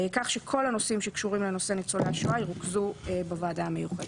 כך שכל הנושאים שקשורים לנושאי ניצולי השואה ירוכזו בוועדה המיוחדת.